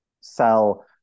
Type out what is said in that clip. sell